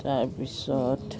তাৰপিছত